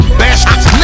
bastards